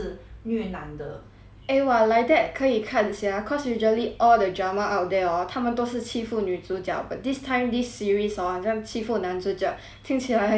eh !wah! like that 可以看 sia cause usually all the drama out there orh 他们都是欺负女主角 but this time this series hor 好像欺负男主角听起来很有看头 sia haha